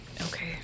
Okay